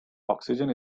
oxygen